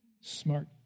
Smart